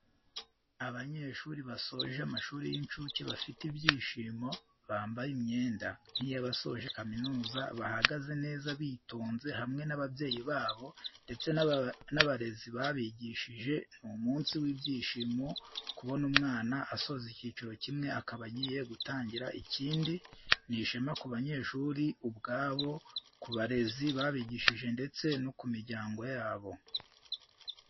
Abanyeshuri basoje amashuri y'incuke bafite ibyishimo, bambaye imyenda nk'iyabasoje kaminuza bahagaze neza bitonze hamwe n'ababyeyi babo ndetse n'abarezi babigishije ni umunsi w'ibyishimo kubona umwana asoza ikiciro kimwe akaba agiye gutangira ikindi, ni ishema ku banyeshuri ubwabo, ku barezi babigishije ndetse no ku miryango yabo.